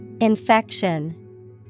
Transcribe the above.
Infection